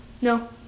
no